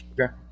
Okay